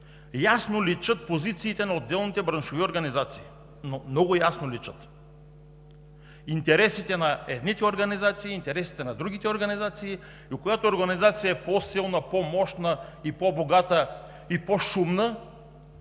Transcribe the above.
ясно личат позициите на отделните браншови организации, много ясно личат интересите на едните и интересите на другите организации. Която организация е по-силна, по-мощна, по-богата и по-шумна,